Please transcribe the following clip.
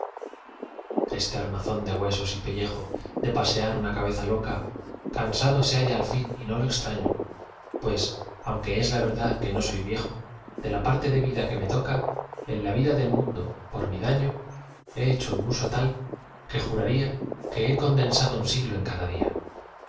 este armazón de huesos y pellejo de pasear una cabeza loca cansado se halla al fin y no lo extraño pues aunque es la verdad que no soy viejo de la parte de vida que me toca en la vida del mundo por mi daño he hecho un uso tal que juraría que he condensado un siglo en cada día